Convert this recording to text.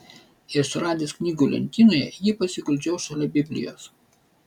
ir suradęs knygų lentynoje jį pasiguldžiau šalia biblijos